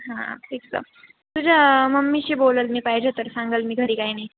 हां फिक्स तुझ्या मम्मीशी बोलेल मी पाहिजे तर सांगेल मी घरी काही नाही